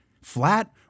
flat